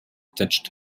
touched